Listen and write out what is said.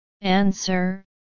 Answer